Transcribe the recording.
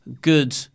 good